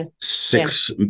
six